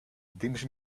deems